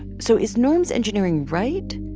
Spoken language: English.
so is norms engineering right?